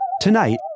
Tonight